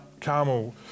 Carmel